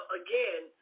again